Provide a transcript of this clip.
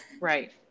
right